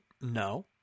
no